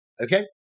Okay